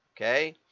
Okay